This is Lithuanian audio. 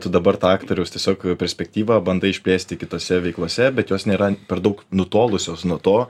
tu dabar tą aktoriaus tiesiog perspektyvą bandai išplėsti kitose veiklose bet jos nėra per daug nutolusios nuo to